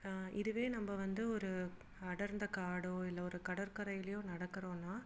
இதுவே நம்ம வந்து ஒரு அடர்ந்த காடோ இல்லை ஒரு கடற்கரையிலேயோ நடக்கிறோம்னா